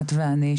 את ואני,